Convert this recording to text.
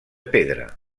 pedra